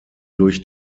durch